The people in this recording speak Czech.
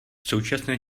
současně